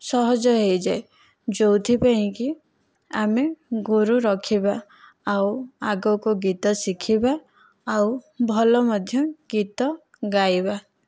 ସହଜ ହୋଇଯାଏ ଯେଉଁଥିପାଇଁକି ଆମେ ଗୁରୁ ରଖିବା ଆଉ ଆଗକୁ ଗୀତ ଶିଖିବା ଆଉ ଭଲ ମଧ୍ୟ ଗୀତ ଗାଇବା